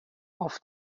auf